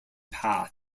path